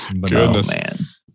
Goodness